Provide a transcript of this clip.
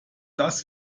das